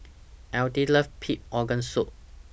Alethea loves Pig Organ Soup